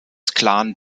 clan